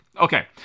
Okay